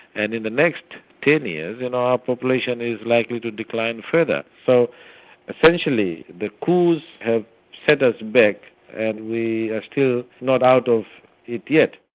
and in the next ten years, and our population is likely to decline further. so essentially, the coups have set us back and we are still not out of it yet.